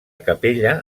capella